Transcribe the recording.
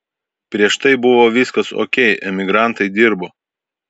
prieš tai buvo viskas okei emigrantai dirbo